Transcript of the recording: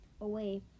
away